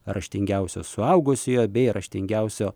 raštingiausio suaugusiojo bei raštingiausio